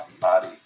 body